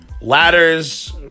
Ladders